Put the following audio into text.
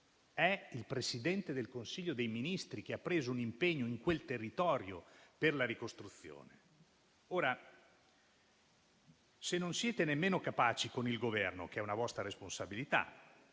è il Presidente del Consiglio dei ministri che ha preso un impegno in quel territorio per la ricostruzione. Se non siete nemmeno capaci, con il Governo, che è una vostra responsabilità,